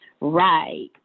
right